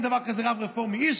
אין דבר כזה רב רפורמי,